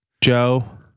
Joe